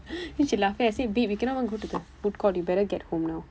then she laughing I say babe you cannot even go to the food court you better get home now